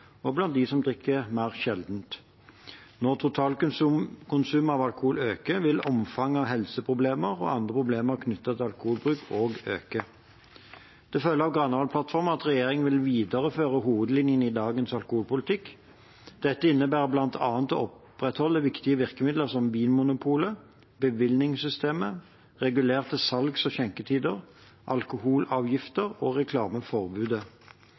og blant dem som drikker mer sjelden. Når totalkonsumet av alkohol øker, vil omfanget av helseproblemer og andre problemer knyttet til alkoholbruk også øke. Det følger av Granavolden-plattformen at regjeringen vil videreføre hovedlinjene i dagens alkoholpolitikk. Dette innebærer bl.a. å opprettholde viktige virkemidler som Vinmonopolet, bevillingssystemet, regulerte salgs- og skjenketider, alkoholavgifter og reklameforbudet.